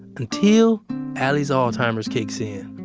until allie's alzheimer's kicks in.